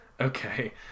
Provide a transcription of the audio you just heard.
Okay